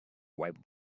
wipe